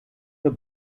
für